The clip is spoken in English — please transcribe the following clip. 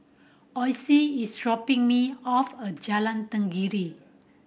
Ossie is dropping me off a Jalan Tenggiri